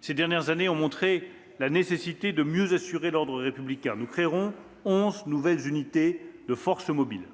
Ces dernières années ont montré la nécessité de mieux assurer l'ordre républicain. Nous créerons 11 nouvelles unités de forces mobiles.